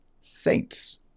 saints